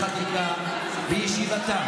הצעת החוק נדונה בוועדת שרים לענייני חקיקה בישיבתה